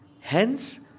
Hence